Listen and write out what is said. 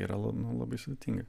yra labai nu labai sudėtinga